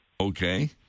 Okay